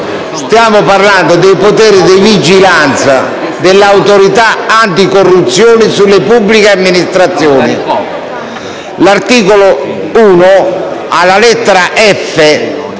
Stiamo parlando dei poteri di vigilanza dell'Autorità anticorruzione sulle pubbliche amministrazioni. L'articolo 1 della legge